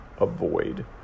avoid